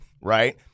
right